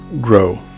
grow